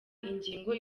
ingingo